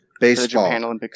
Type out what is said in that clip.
Baseball